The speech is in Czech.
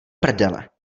prdele